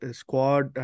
squad